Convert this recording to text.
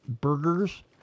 Burger's